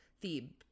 Thebes